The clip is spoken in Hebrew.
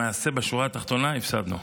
למעשה בשורה התחתונה הפסדנו.